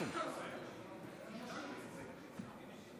מי השר שמשיב